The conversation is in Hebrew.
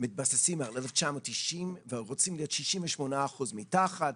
שם מתבססים על 1990 ורוצים להיות 68 אחוזים מתחת.